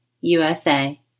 USA